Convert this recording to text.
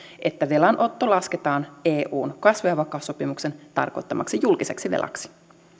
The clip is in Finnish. että velanotto lasketaan eun kasvu ja vakaussopimuksen tarkoittamaksi julkiseksi velaksi